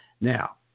Now